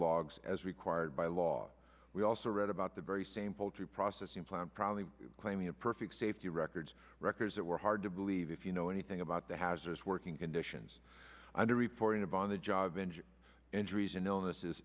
logs as required by law we also read about the very same poultry processing plant probably claiming a perfect safety records records that were hard to believe if you know anything about the hazards working conditions under reporting of on the job engine injuries and illnesses